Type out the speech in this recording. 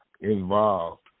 involved